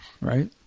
right